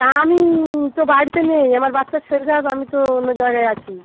আমি তো বাড়িতে নেই আমার বাচ্চার শরীর খারাপ আমি তো অন্য জায়গায় আছি